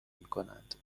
میکنند